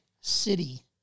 city